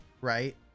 Right